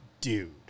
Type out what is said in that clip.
dude